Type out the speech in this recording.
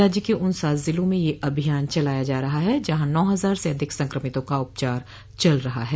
राज्य के उन सात जिलों में यह अभियान चलाया जा रहा है जहां नौ हजार से अधिक संक्रमितों का उपचार चल रहा है